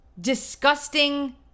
disgusting